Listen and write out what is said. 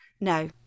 No